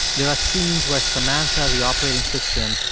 there are scenes where samantha, the operating system,